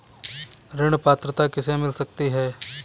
ऋण पात्रता किसे किसे मिल सकती है?